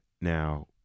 Now